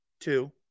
two